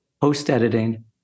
post-editing